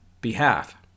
behalf